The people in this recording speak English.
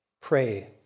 Pray